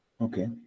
Okay